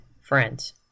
friends